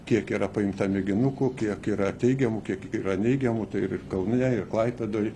kiek yra pajungta mėginukų kiek yra teigiamų kiek yra neigiamų tai ir ir kaune ir klaipėdoj